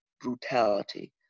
brutality